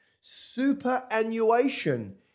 superannuation